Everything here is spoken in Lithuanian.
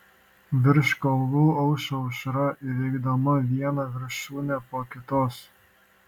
virš kalvų aušo aušra įveikdama vieną viršūnę po kitos